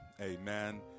Amen